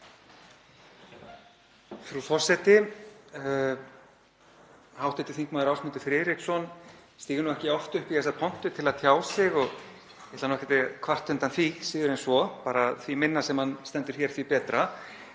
Frú forseti. Hv. þm. Ásmundur Friðriksson stígur nú ekki oft upp í þessa pontu til að tjá sig. Ég ætla ekki að kvarta undan því, síður en svo, bara því minna sem hann stendur hér, því betra.